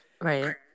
Right